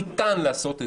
ניתן לעשות את